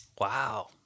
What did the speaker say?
Wow